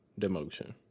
demotion